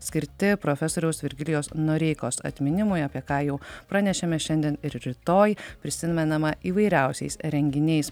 skirti profesoriaus virgilijaus noreikos atminimui apie ką jau pranešėme šiandien ir rytoj prisimenama įvairiausiais renginiais